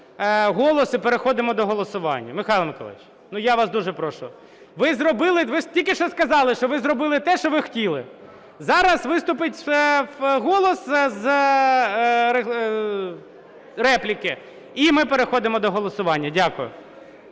дякую. "Голос" і переходимо до голосування. Михайло Миколайович, я вас дуже прошу. Ви зробили, ви тільки що сказали, що ви зробили те, що ви хотіли. Зараз виступить "Голос" з реплікою і ми переходимо до голосування. Дякую.